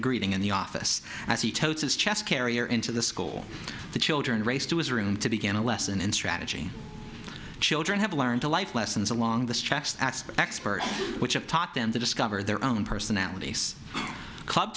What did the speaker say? a greeting in the office as he tells his chest carrier into the school the children race to his room to begin a lesson in strategy children have learned a life lessons along the stretch that's expert which have taught them to discover their own personalities club